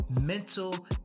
mental